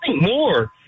more